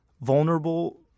vulnerable